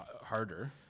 harder